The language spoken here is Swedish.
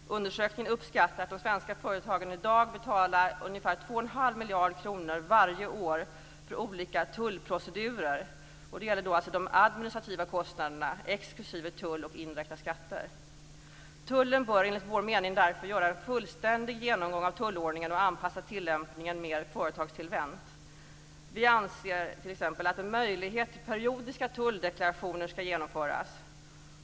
I undersökningen uppskattar man att de svenska företagen i dag betalar ungefär 2 1⁄2 miljard kronor varje år för olika tullprocedurer. Det gäller då alltså de administrativa kostnaderna exklusive tull och indirekta skatter. Tullen bör enligt vår mening därför göra en fullständig genomgång av tullordningen och anpassa tillämpningen mer företagstillvänt.